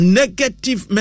negative